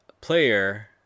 player